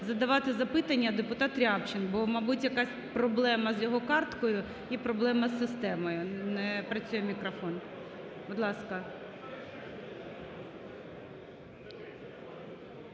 задавати запитання депутат Рябчин, бо, мабуть, якась проблема з його карткою і проблема із системою, не працює мікрофон, будь ласка.